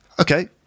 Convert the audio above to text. Okay